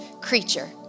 creature